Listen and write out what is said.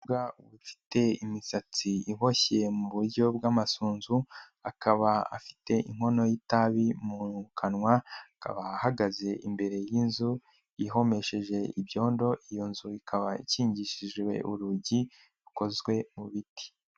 Umukobwa ufite imisatsi iboshyeye mu buryo bw'amasunzu, akaba afite inkono y'itabi mu kanwa, akaba ahagaze imbere y'inzu ihomesheje ibyondo. Iyo nzu ikaba ikingishijwe urugi rukozwe mu biti.